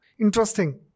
interesting